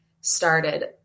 started